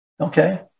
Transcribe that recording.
okay